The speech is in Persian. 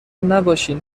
نباشین